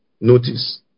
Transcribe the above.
notice